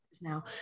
now